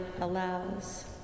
allows